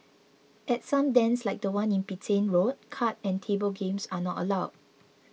at some dens like the one in Petain Road card and table games are not allowed